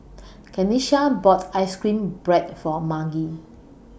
Kenisha bought Ice Cream Bread For Marge